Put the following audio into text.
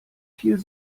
viel